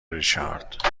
ریچارد